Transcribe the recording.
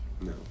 No